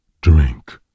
drink